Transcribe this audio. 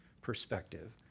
perspective